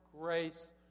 grace